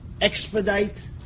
Expedite